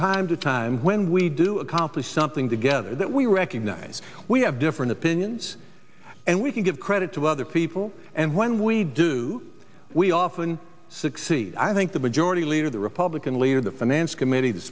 time to time when we do accomplish something together that we recognize we have different opinions and we can give credit to other people and when we do we often succeed i think the majority leader the republican leader the finance committee t